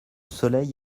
soleil